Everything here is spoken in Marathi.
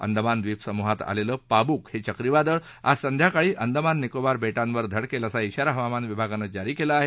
अंदमान द्वीपसमुहात आलेलं पाबुक हे चक्रीवादळ आज संध्याकाळी अंदमाननिकोबार बेध्मिर धडकेल असा शिवारा हवामान विभागानं जारी केला आहे